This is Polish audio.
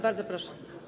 Bardzo proszę.